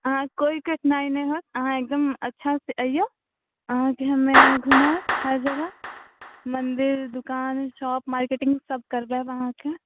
अहाँके कोइ कठिनाइ नहि हैत अहाँ एकदम अच्छासँ अइऔ अहाँके हमे आओर घुमाएब हर जगह मन्दिर दोकान शॉप मार्केटिङ्ग सब करबाएब अहाँके